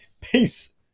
Peace